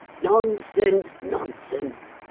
nonsense, nonsense!